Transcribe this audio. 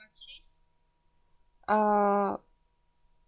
uh